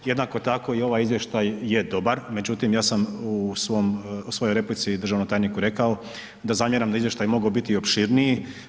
Jednako tako i ovaj izvještaj je dobar, međutim ja sam u svom, svojoj replici državnom tajniku rekao da zamjeram da je izvještaj mogao biti i opširniji.